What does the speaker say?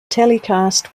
telecast